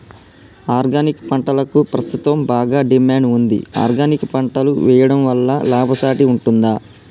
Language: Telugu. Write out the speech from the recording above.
ఆర్గానిక్ పంటలకు ప్రస్తుతం బాగా డిమాండ్ ఉంది ఆర్గానిక్ పంటలు వేయడం వల్ల లాభసాటి ఉంటుందా?